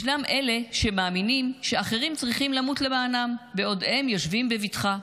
ישנם אלה שמאמינים שאחרים צריכים למות למענם בעוד הם יושבים בבטחה,